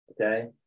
Okay